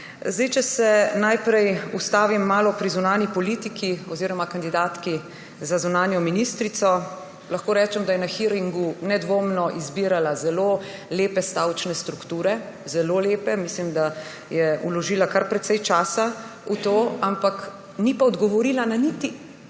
Če se najprej malo ustavim pri zunanji politiki oziroma kandidatki za zunanjo ministrico, lahko rečem, da je na hearingu nedvomno izbirala zelo lepe stavčne strukture. Zelo lepe, mislim, da je vložila kar precej časa v to. Ampak ni pa odgovorila niti